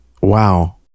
wow